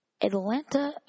Atlanta